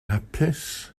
hapus